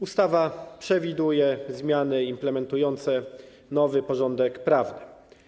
Ustawa przewiduje zmiany implementujące nowy porządek prawny.